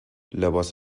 لباس